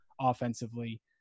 offensively